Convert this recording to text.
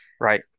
right